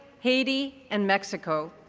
haiti, and mexico,